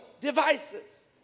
devices